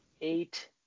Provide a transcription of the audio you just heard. eight